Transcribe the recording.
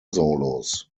solos